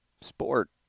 Sport